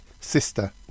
Sister